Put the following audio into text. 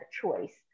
choice